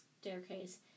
staircase